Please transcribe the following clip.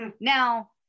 Now